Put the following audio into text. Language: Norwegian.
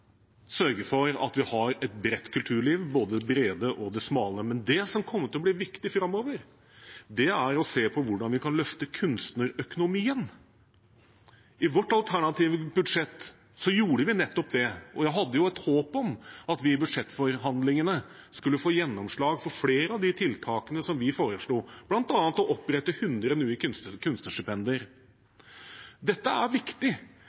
sørge for at vi har et bredt kulturliv, med både det brede og det smale. Men det som kommer til å bli viktig framover, er å se på hvordan vi kan løfte kunstnerøkonomien. I vårt alternative budsjett gjorde vi nettopp det, og jeg hadde et håp om at vi i budsjettforhandlingene skulle få gjennomslag for flere av de tiltakene som vi foreslo, bl.a. å opprette 100 nye kunstnerstipend. Dette er viktig